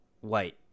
white